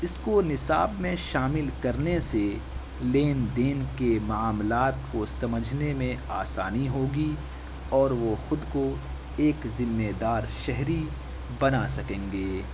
اس کو نصاب میں شامل کرنے سے لین دین کے معاملات کو سمجھنے میں آسانی ہوگی اور وہ خود کو ایک ذمے دار شہری بنا سکیں گے